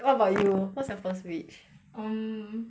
what about you what's your first wish um